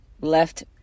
left